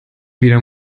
wieder